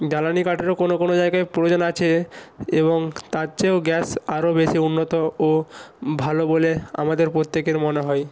জ্বালানি কাঠেরও কোনো জায়গায় প্রয়োজন আছে এবং তার চেয়েও গ্যাস আরো বেশি উন্নত ও ভালো বলে আমাদের প্রত্যেকের মনে হয়